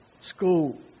School